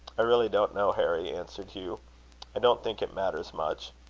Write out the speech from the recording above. i really don't know, harry, answered hugh i don't think it matters much.